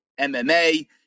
MMA